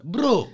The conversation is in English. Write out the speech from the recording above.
Bro